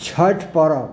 Chhath Parab